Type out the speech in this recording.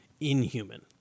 inhuman